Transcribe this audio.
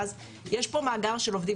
יש פה מאגר של עובדים,